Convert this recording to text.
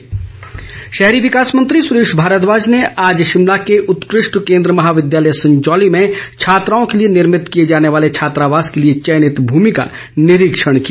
सुरेश भारद्वाज शहरी विकास मंत्री सुरेश भारद्वाज ने आज शिमला के उत्कृष्ट केन्द्र महाविद्यालय संजौली में छात्राओं के लिए निर्भित किए जाने वाले छात्रावास के लिए चयनित भूमि का निरीक्षण किया